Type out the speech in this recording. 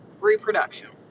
reproduction